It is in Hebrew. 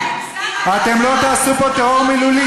אני מזהירה אותך, אתם לא תעשו פה טרור מילולי.